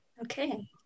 Okay